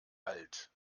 alt